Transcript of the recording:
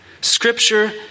Scripture